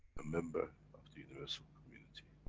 a member of the universal community.